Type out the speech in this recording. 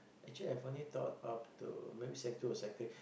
actually I finally taught up to sec two or three